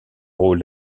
rôle